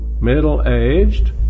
Middle-aged